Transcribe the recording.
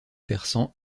persan